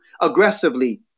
aggressively